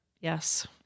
Yes